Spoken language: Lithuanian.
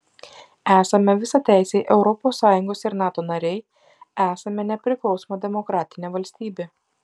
esame visateisiai europos sąjungos ir nato nariai esame nepriklausoma demokratinė valstybė